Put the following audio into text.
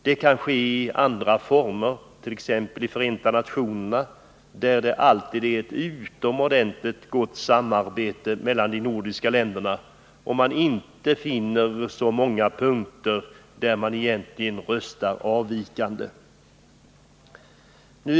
Det har skett i olika former, t.ex. i FN, där det alltid är ett utomordentligt gott samarbete mellan de nordiska länderna och man inte kan finna särskilt många punkter där de nordiska länderna har röstat olika.